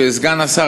סגן השר,